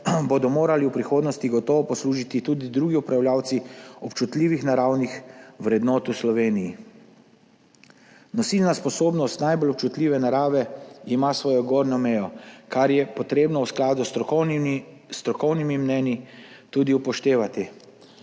bodo morali v prihodnosti gotovo poslužiti tudi drugi upravljavci občutljivih naravnih vrednot v Sloveniji. Nosilna sposobnost najbolj občutljive narave ima svojo zgornjo mejo, kar je treba v skladu s strokovnimi mnenji tudi upoštevati.